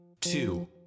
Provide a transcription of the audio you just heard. two